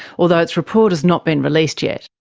although its report has not been released yet.